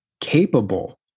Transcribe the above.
capable